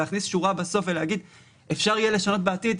להכניס שורה בסוף ולהגיד: אפשר יהיה לשנות בעתיד,